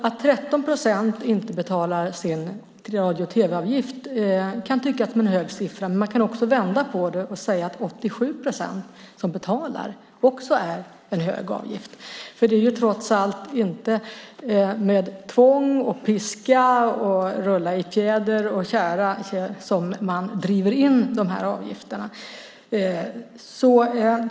Att 13 procent inte betalar sin radio och tv-avgift kan tyckas vara en hög siffra, men man kan också vända på det och säga att 87 procent som betalar också är en hög andel. Det är ju trots allt inte med tvång, piska och rullande i tjära och fjäder som man driver in de här avgifterna.